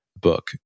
book